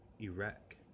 Iraq